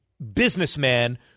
businessman